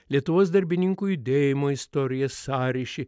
lietuvos darbininkų judėjimo istorija sąryšį